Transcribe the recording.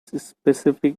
specific